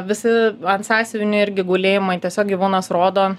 visi ant sąsiuvinio irgi gulėjimai tiesiog gyvūnas rodo